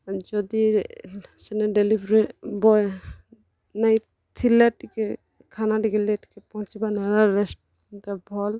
ଯଦି ସେନେ delivery boy ନାଇଁଥିଲେ ଟିକେ ଖାନା ଟିକେ ଲେଟ୍ କେ ପହଁଞ୍ଚିବା ନାହେଲେ ଟା ଭଲ୍